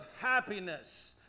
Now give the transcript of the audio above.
happiness